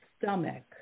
stomach